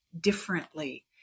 differently